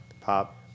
pop